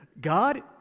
God